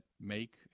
make